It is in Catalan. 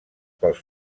pels